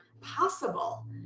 possible